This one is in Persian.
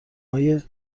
های